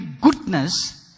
goodness